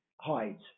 hides